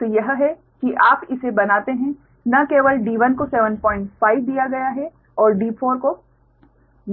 तो यह है कि आप इसे बनाते हैं न केवल d1 को 75 दिया गया है और d4 को